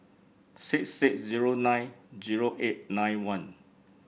six six zero nine zero eight nine one